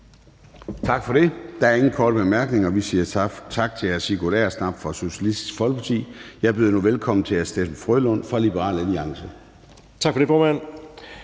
Tak. Der er ingen korte bemærkninger. Vi siger tak til hr. Sigurd Agersnap fra Socialistisk Folkeparti. Jeg byder nu velkommen til hr. Steffen W. Frølund fra Liberal Alliance. Kl. 00:09 (Ordfører)